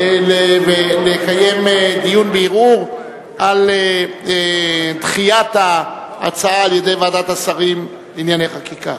לקיים דיון בערעור על דחיית ההצעה על-ידי ועדת השרים לענייני חקיקה.